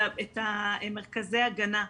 את מרכזי ההגנה.